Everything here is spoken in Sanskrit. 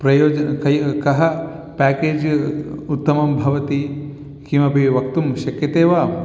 प्रयोजकैः कः पेकेज् उत्तमः भवति किमपि वक्तुं शक्यते वा